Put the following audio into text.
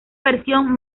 versión